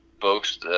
folks